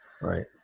right